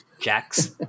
Jax